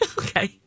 Okay